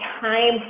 time